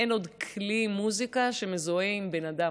אין עוד כלי מוזיקה שמזוהה עם בן אדם.